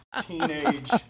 Teenage